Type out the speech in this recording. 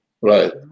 Right